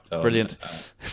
Brilliant